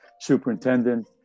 superintendent